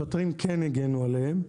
שוטרים כן הגנו עליהם.